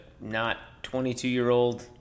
not-22-year-old